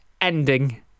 ending